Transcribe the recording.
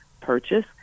purchase